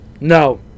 No